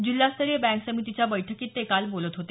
जिल्हास्तरीय बँक समितीच्या बैठकीत ते काल बोलत होते